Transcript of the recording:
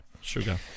Sugar